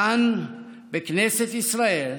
כאן, בכנסת ישראל,